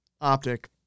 Optic